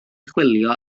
chwilio